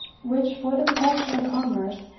which, for the protection of commerce,